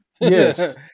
Yes